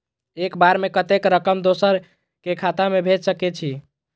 एक बार में कतेक रकम दोसर के खाता में भेज सकेछी?